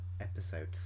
episode